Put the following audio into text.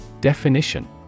Definition